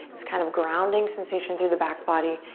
just kind of grounding sensation through the back body.